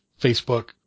Facebook